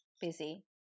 busy